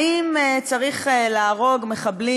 האם צריך להרוג מחבלים